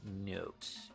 note